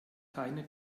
keine